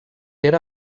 era